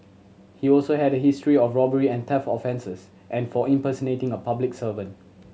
he also had a history of robbery and theft offences and for impersonating a public servant